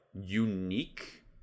unique